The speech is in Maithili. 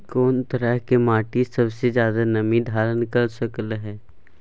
कोन तरह के माटी सबसे ज्यादा नमी धारण कर सकलय हन?